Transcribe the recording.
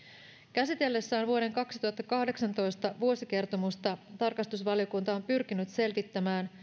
käsitellessään vuoden kaksituhattakahdeksantoista vuosikertomusta tarkastusvaliokunta on pyrkinyt selvittämään